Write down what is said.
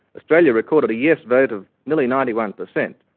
australia recorded a yes vote of nearly ninety one percent.